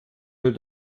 will